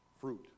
Fruit